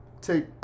take